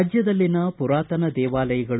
ರಾಜ್ಯದಲ್ಲಿನ ಪುರಾತನ ದೇವಾಲಯಗಳು